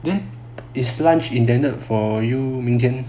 then is lunch indented for u 明天